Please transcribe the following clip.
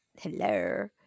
Hello